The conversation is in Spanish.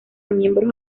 miembros